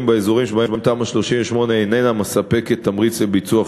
באזורים שבהם תמ"א 38 איננה מספקת תמריץ לביצוע חיזוק.